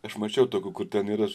aš mačiau tokių kur ten yra